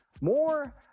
More